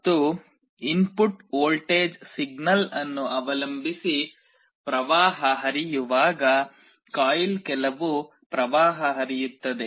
ಮತ್ತು input voltage signal ಅನ್ನು ಅವಲಂಬಿಸಿ ಪ್ರವಾಹ ಹರಿಯುವಾಗ ಕಾಯಿಲ್ ಕೆಲವು ಪ್ರವಾಹ ಹರಿಯುತ್ತದೆ